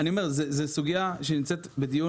אני אומר שזו סוגייה שנמצאת בדיון